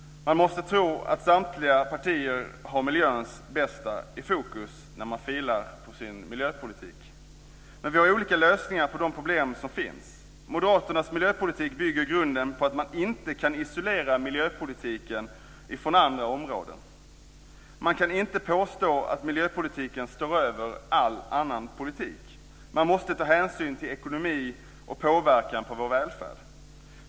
Man måste tro att samtliga partier har miljöns bästa i fokus när man filar på sin miljöpolitik, men vi har olika lösningar på de problem som finns. Moderaternas miljöpolitik bygger i grunden på att man inte kan isolera miljöpolitiken från andra områden. Man kan inte påstå att miljöpolitiken står över all annan politik. Man måste ta hänsyn till ekonomi och påverkan på vår välfärd.